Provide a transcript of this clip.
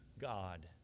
God